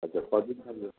আচ্ছা কদিন